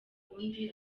undi